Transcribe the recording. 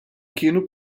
kienu